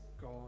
God